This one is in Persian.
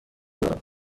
دارم